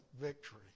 victory